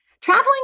traveling